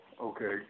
Okay